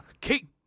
Kate